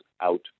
out